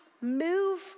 move